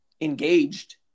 engaged